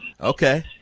Okay